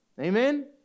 Amen